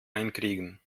einkriegen